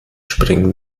springen